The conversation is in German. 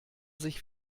sich